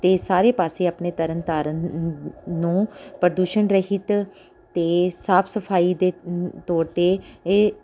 ਅਤੇ ਸਾਰੇ ਪਾਸੇ ਆਪਣੇ ਤਰਨਤਾਰਨ ਨੂੰ ਪ੍ਰਦੂਸ਼ਣ ਰਹਿਤ ਅਤੇ ਸਾਫ਼ ਸਫ਼ਾਈ ਦੇ ਤੋਰ 'ਤੇ ਇਹ